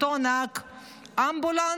אותו נהג אמבולנס,